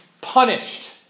punished